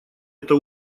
это